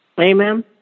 Amen